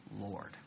Lord